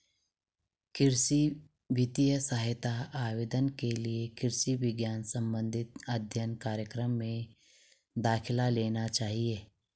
कृषि वित्तीय सहायता आवेदन के लिए कृषि विज्ञान संबंधित अध्ययन कार्यक्रम में दाखिला लेना चाहिए